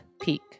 Peak